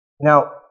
Now